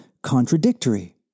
contradictory